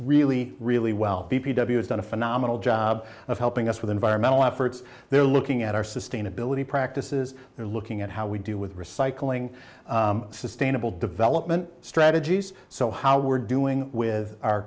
really really well done a phenomenal job of helping us with environmental efforts they're looking at our sustainability practices they're looking at how we do with recycling sustainable development strategies so how we're doing with our